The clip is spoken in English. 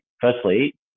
Firstly